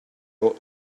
ought